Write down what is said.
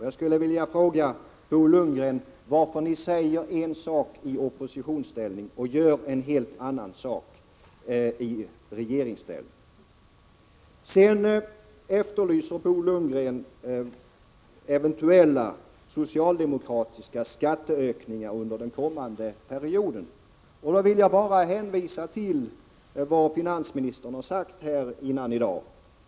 Jag skulle vilja fråga Bo Lundgren varför ni säger en sak i oppositionsställning och gör en helt annan sak i regeringsställning. Bo Lundgren efterlyser besked om eventuella socialdemokratiska skatteökningar under den kommande perioden. Då vill jag bara hänvisa till vad finansministern sagt här tidigare i dag.